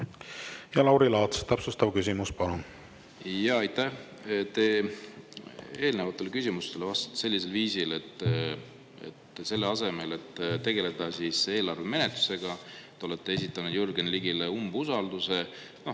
Lauri Laats, täpsustav küsimus, palun! Aitäh! Te eelnevatele küsimustele vastasite sellisel viisil, et selle asemel, et tegeleda eelarve menetlusega, te olete esitanud Jürgen Ligile umbusalduse,